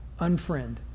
unfriend